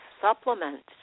supplements